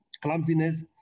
clumsiness